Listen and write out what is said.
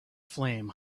flame